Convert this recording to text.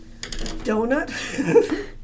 Donut